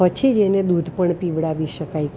પછી જ એને દૂધ પણ પીવડાવી શકાય